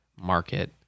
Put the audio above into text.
market